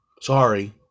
Sorry